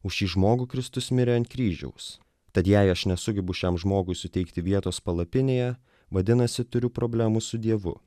už šį žmogų kristus mirė ant kryžiaus tad jei aš nesugebu šiam žmogui suteikti vietos palapinėje vadinasi turiu problemų su dievu